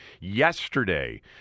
yesterday